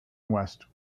west